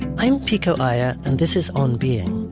i'm pico iyer and this is on being.